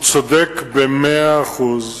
הוא צודק במאה אחוז,